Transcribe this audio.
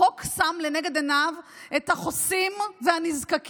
החוק שם לנגד עיניו את החוסים והנזקקים,